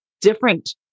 different